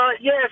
Yes